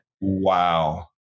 Wow